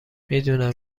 میدونم